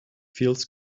feels